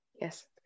Yes